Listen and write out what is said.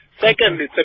Secondly